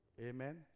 Amen